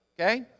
Okay